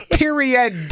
Period